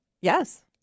Yes